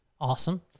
Awesome